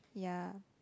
ya